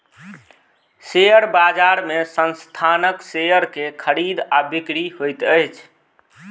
share बजार में संस्थानक शेयर के खरीद आ बिक्री होइत अछि